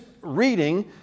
reading